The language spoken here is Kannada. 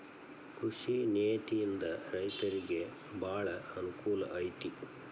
ಕೃಷಿ ನೇತಿಯಿಂದ ರೈತರಿಗೆ ಬಾಳ ಅನಕೂಲ ಐತಿ